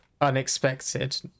unexpected